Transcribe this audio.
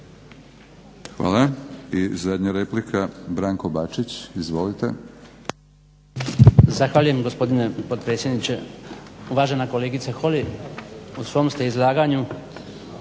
Hvala. I zadnja replika, Branko Bačić. Izvolite.